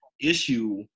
issue